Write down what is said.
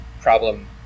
problem